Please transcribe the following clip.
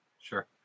Sure